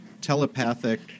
telepathic